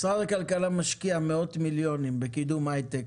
משרד הכלכלה משקיע מאות מיליונים בקידום ההייטק